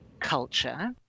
culture